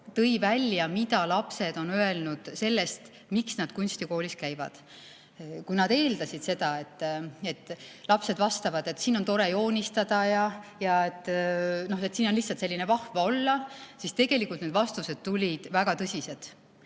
tõi välja, mida lapsed on öelnud selle kohta, miks nad kunstikoolis käivad. Kui nad eeldasid seda, et lapsed vastavad, et siin on tore joonistada ja siin on lihtsalt vahva olla, siis tegelikult need vastused tulid väga tõsised.